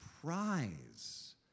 prize